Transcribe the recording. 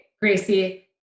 Gracie